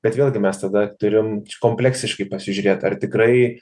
bet vėlgi mes tada turim kompleksiškai pasižiūrėt ar tikrai